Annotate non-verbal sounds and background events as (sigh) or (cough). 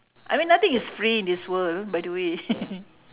I mean nothing is free in this world by the way (laughs)